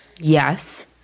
yes